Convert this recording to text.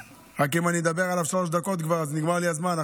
אם אני אדבר עליו שלוש דקות, אז נגמר לי הזמן.